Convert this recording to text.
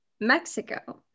mexico